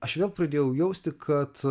aš vėl pradėjau jausti kad